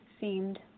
seemed